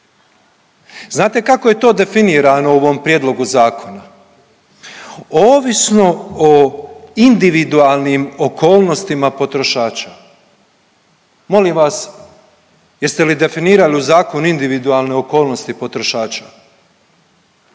Znate kako je to definirano u ovom prijedlogu zakona? Ovisno o individualnim okolnostima potrošača. Molim vas jeste li definirali u zakon individualne okolnosti potrošača.